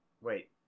wait